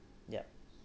yup